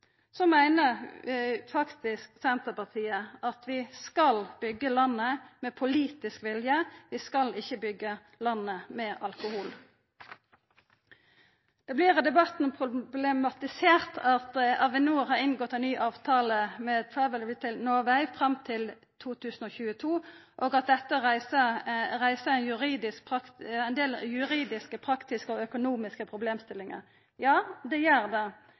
Så meiner faktisk Senterpartiet at vi skal byggja landet med politisk vilje. Vi skal ikkje byggja landet med alkohol. I debatten vert det problematisert at Avinor har inngått ei ny avtale med Travel Retail Norway fram til 2022, og at dette reiser ein del juridiske, praktiske og økonomiske problemstillingar. Ja, det gjer det.